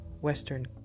western